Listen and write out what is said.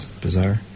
bizarre